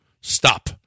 stop